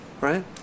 right